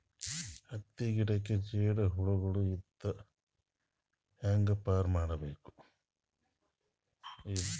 ಹತ್ತಿ ಗಿಡಕ್ಕೆ ಜೇಡ ಹುಳಗಳು ಇಂದ ಹ್ಯಾಂಗ್ ಪಾರ್ ಮಾಡಬೇಕು?